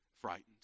frightened